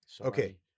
Okay